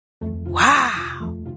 Wow